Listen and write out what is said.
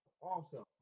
awesome